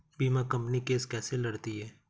बीमा company case कैसे लड़ती है?